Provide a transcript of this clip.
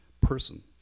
person